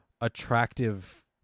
attractive